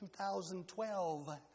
2012